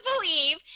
believe